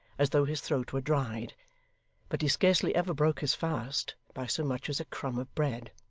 as though his throat were dried but he scarcely ever broke his fast, by so much as a crumb of bread.